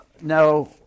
No